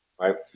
right